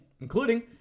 including